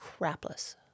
crapless